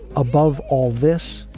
above all this,